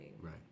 Right